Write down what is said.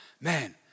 Man